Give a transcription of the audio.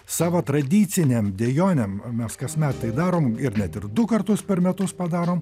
savo tradicinėm dejonėm mes kasmet tai darom ir net ir du kartus per metus padarom